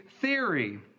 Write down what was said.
theory